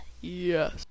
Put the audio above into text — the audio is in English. Yes